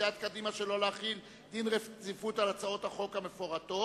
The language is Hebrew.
סיעת קדימה שלא להחיל דין רציפות על הצעות החוק המפורטות,